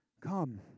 come